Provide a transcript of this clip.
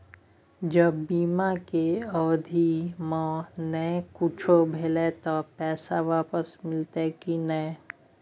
ज बीमा के अवधि म नय कुछो भेल त पैसा वापस मिलते की नय?